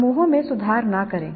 समूहों में सुधार न करें